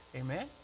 Amen